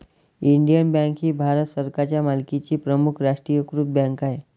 Indian bank ही भारत सरकारच्या मालकीची प्रमुख राष्ट्रीयीकृत बँक आहे